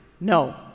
No